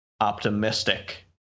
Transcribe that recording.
optimistic